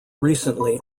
recently